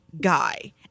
guy